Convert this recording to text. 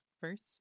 First